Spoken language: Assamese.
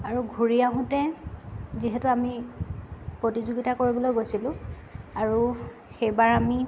আৰু ঘূৰি আহোঁতে যিহেতু আমি প্ৰতিযোগিতা কৰিবলৈ গৈছিলোঁ আৰু সেইবাৰ আমি